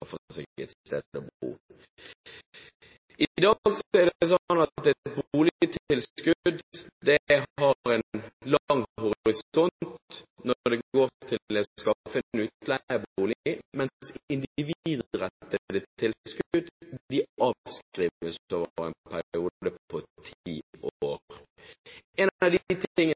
seg et sted å bo. I dag er det sånn at et boligtilskudd har en lang horisont når det går til å skaffe en utleiebolig, mens individrettede tilskudd avskrives over en periode på ti år. En av de tingene